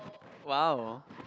!wow!